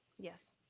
yes